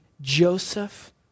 Joseph